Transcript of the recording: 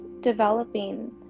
developing